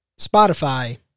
Spotify